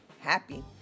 happy